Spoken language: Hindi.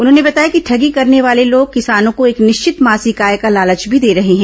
उन्होंने बताया कि ठगी करने वाले लोग किसानों को एक निश्चित मासिक आय का लालच भी दे रहे हैं